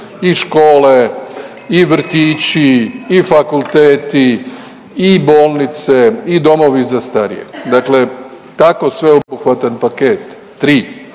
i škole i vrtići i fakulteti i bolnice i domovi za starije. Dakle tako sveobuhvatan paket, tri